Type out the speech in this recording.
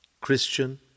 Christian